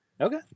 okay